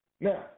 Now